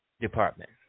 department